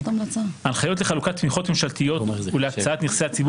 הנחיות לחלוקת תמיכות ממשלתיות ולהקצאת נכסי הציבור